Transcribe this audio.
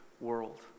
world